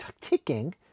ticking